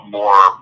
more